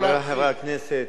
חברי חברי הכנסת,